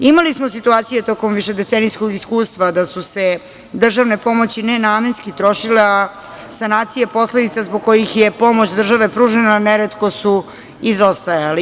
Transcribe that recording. Imali smo situacije tokom višedecenijskog iskustva da su se državne pomoći ne namenski trošile, a sanacije posledica zbog kojih je pomoć države pružena neretko su izostajale.